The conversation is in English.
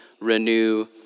renew